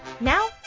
Now